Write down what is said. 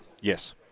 Yes